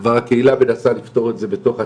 כבר הקהילה מנסה לפתור את זה בתוך עצמה,